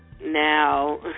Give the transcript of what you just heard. Now